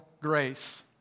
grace